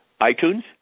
iTunes